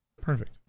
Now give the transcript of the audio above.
Perfect